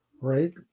right